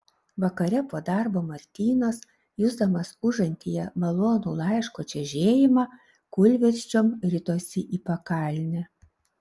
vakare po darbo martynas jusdamas užantyje malonų laiško čežėjimą kūlversčiom ritosi į pakalnę